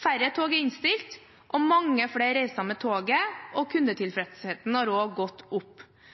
færre tog er innstilt, mange flere reiser med toget, og